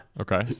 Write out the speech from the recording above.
Okay